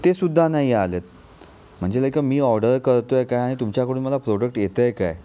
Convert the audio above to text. तेसुद्धा नाही आलेत म्हणजे लाईक मी ऑर्डर करतो आहे काय आणि तुमच्याकडून मला प्रोडक्ट येतं आहे काय